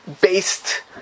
based